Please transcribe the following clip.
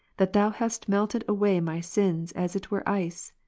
that thou hast melted away my sins as it were ice.